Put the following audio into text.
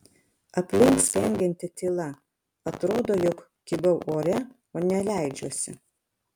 aplink spengianti tyla atrodo jog kybau ore o ne leidžiuosi